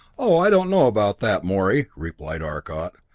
oh, i don't know about that, morey, replied arcot.